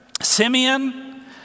Simeon